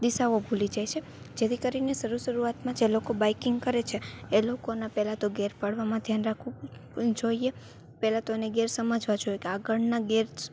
દિશાઓ ભૂલી જાય છે જેથી કરીને શરૂ શરૂઆતમાં જે લોકો બાઇકિંગ કરે છે એ લોકોના પહેલાં તો ગેર પાડવામાં ધ્યાન રાખવું જોઈએ પહેલાં તો એણે ગેર સમજવા જોઈએ કે આગળના ગેર્સ